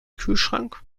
kühlschrank